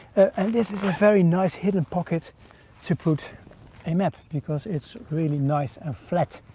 and this is a very nice hidden pocket to put a map because it's really nice and flat.